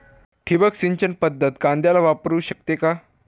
ठिबक सिंचन पद्धत कांद्याला वापरू शकते का?